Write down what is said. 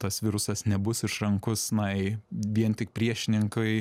tas virusas nebus išrankus na jei vien tik priešininkui